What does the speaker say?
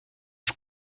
fut